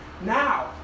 now